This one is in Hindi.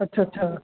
अच्छा अच्छा